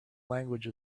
language